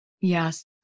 Yes